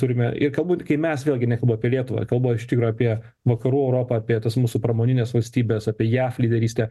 turime ir galbūt kai mes vėlgi nekalbu apie lietuvą kalbu aš iš tikro apie vakarų europą apie tas mūsų pramonines valstybes apie jav lyderystę